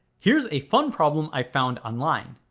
here's a fun problem i found online.